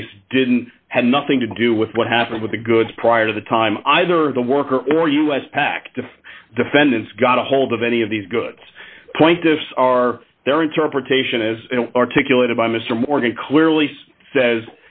case didn't have nothing to do with what happened with the goods prior to the time either the worker or us pact if the defendants got ahold of any of these goods pointis are their interpretation as articulated by mr morgan clearly says